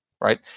right